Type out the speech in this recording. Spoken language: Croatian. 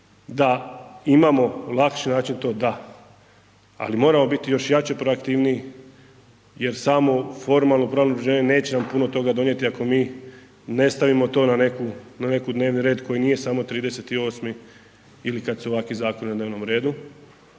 da imamo lakši način, to da ali moramo biti jači i proaktivniji jer samo formalno pravno obrazloženje neće nam puno toga donijeti ako mi ne stavimo na neki dnevni red koji nije samo 38. ili kad su ovakvi zakoni na dnevnom redu